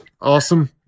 Awesome